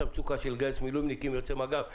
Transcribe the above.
המצוקה של לגייס מילואימניקים יוצאי מג"ב למג"ב.